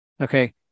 Okay